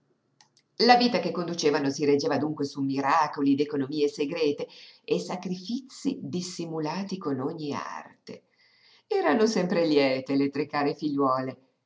la vita che conducevano si reggeva dunque su miracoli d'economie segrete e sacrifizii dissimulati con ogni arte erano sempre liete le tre care figliuole